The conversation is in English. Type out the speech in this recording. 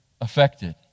affected